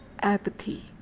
apathy